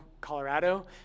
Colorado